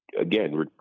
Again